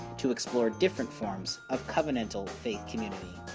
to explore different forms of covenantalal faith community.